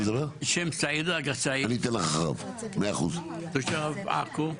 שם סעיד אגא סעיד, תושב עכו.